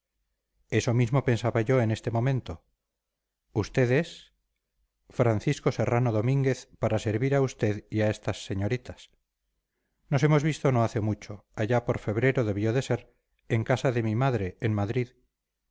eso mismo pensaba yo en este momento usted es francisco serrano domínguez para servir a usted y a estas señoritas nos hemos visto no hace mucho allá por febrero debió de ser en casa de mi madre en madrid